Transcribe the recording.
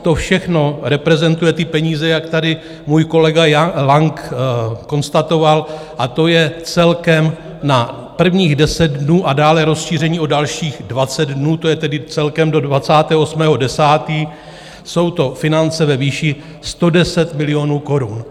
To všechno reprezentuje ty peníze, jak tady můj kolega Lang konstatoval, a to je celkem na prvních 10 dnů a dále rozšíření o dalších 20 dnů, to je tedy celkem do 28. 10., jsou to finance ve výši 110 milionů korun.